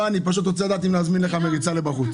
אני פשוט רוצה לדעת אם להזמין לך מריצה החוצה.